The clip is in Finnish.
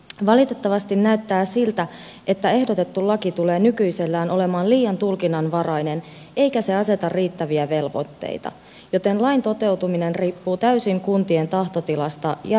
valitettavasti näyttää siltä että ehdotettu laki tulee nykyisellään olemaan liian tulkinnanvarainen eikä aseta riittäviä velvoitteita joten lain toteutuminen riippuu täysin kuntien tahtotilasta ja resursseista